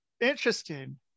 Interesting